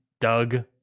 Doug